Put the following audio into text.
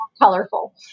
colorful